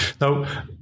Now